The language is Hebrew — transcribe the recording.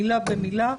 מילה במילה,